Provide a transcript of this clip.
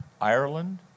Ireland